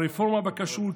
הרפורמה בכשרות,